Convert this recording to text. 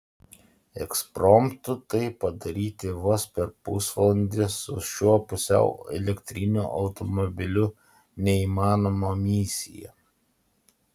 ekspromtu tai padaryti vos per pusvalandį su šiuo pusiau elektriniu automobiliu neįmanoma misija